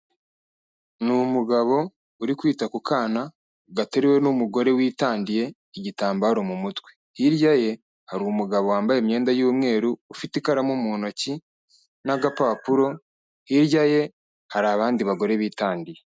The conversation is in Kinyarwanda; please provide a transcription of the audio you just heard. Ni umugabo uri kwita ku kana gateruwe n'umugore witandiye igitambaro mu mutwe. Hirya ye hari umugabo wambaye imyenda y'umweru, ufite ikaramu mu ntoki n'agapapuro, hirya ye hari abandi bagore bitandiye.